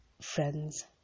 Friends